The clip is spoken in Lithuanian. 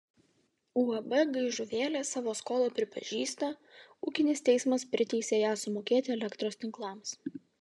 uab gaižuvėlė savo skolą pripažįsta ūkinis teismas priteisė ją sumokėti elektros tinklams